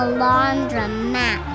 laundromat